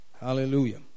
Hallelujah